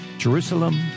Jerusalem